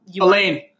Elaine